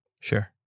Sure